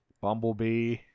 bumblebee